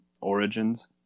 origins